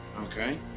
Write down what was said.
Okay